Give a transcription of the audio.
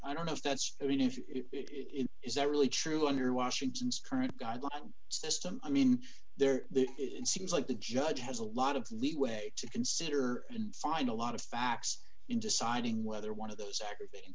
i don't know if that's i mean if it is that really true under washington's current guideline system i mean there seems like the judge has a lot of leeway to consider and find a lot of facts in deciding whether one of those aggravating